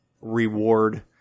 reward